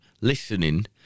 listening